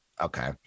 okay